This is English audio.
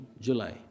July